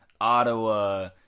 Ottawa